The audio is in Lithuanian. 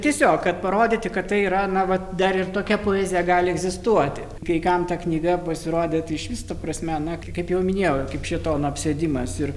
tiesiog parodyti kad tai yra na va dar ir tokia poezija gali egzistuoti kai kam ta knyga pasirodė tai išvis ta prasme na kaip jau minėjau kaip šėtono apsėdimas ir